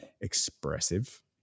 expressive